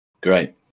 great